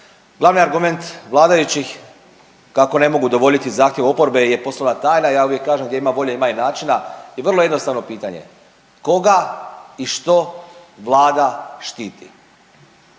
Glavni argument vladajućih kako ne mogu udovoljiti zahtjevu oporbe je poslovna tajna. Ja uvijek kažem, gdje ima volje, ima i načina. I vrlo jednostavno pitanje koga i što Vlada štiti?